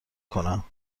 کنم